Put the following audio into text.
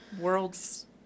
World's